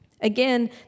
Again